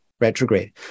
retrograde